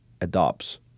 adopts